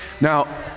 Now